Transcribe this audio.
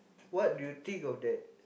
what do you think of that